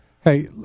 Hey